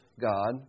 God